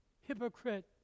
hypocrite